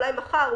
אולי מחר,